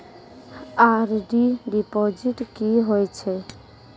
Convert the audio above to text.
RD deposit की होय छै?